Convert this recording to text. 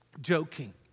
joking